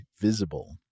Visible